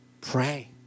pray